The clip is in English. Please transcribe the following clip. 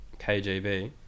KGB